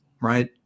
right